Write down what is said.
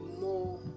more